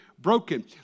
broken